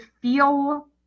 feel